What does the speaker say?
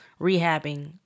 rehabbing